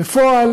בפועל